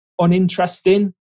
uninteresting